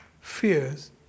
fears